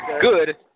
good